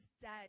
dead